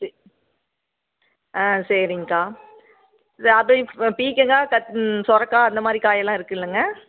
C ஆ சரிங்கக்கா வியாபெ பீர்க்கங்கா கத் சொரக்காய் அந்தமாதிரி காயெல்லாம் இருக்குது இல்லைங்க